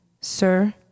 Sir